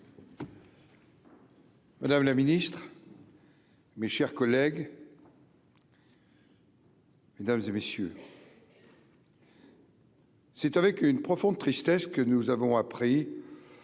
Madame la Ministre. Mes chers collègues. Mesdames et messieurs. Et. C'est avec une profonde tristesse que nous avons appris,